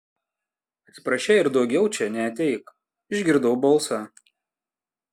atsiprašei ir daugiau čia neateik išgirdau balsą